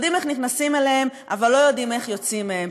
יודעים איך נכנסים אליהן אבל לא יודעים איך יוצאים מהן.